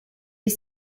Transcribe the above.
est